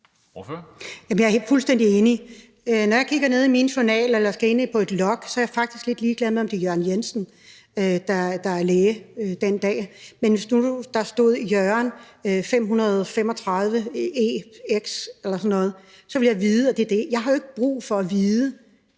Jeg er fuldstændig enig. Når jeg kigger i min journal eller skal logge ind på noget, er jeg faktisk lidt ligeglad med, om det er Jørgen Jensen, der er læge den dag, og hvis der står Jørgen 535 EX eller sådan noget, så vil jeg vide, at det er ham. Jeg har jo ikke brug for at kende